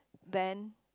then